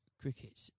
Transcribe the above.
cricket